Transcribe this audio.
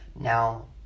Now